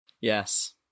Yes